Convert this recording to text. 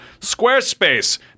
Squarespace